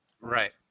right